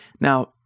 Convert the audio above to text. Now